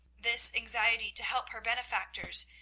this anxiety to help her benefactors,